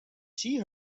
see